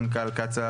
מנכ"ל קצא"א,